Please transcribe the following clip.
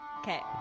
Okay